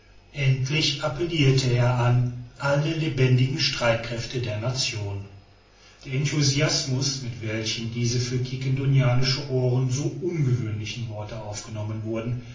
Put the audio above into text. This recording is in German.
endlich appellirte er an alle lebendigen streitkräfte der nation der enthusiasmus mit welchem diese für quiquendonianische ohren so ungewohnten worte aufgenommen wurden